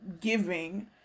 giving